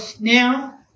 now